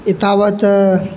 एतावत्